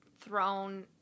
thrown